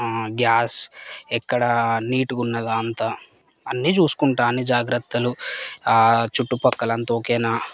gas ఎక్కడా నీటుగా ఉన్నదా అంత అన్నీ చూసుకుంటాను అన్ని జాగ్రత్తలు చుట్టుపక్కల అంతా ఒకేనా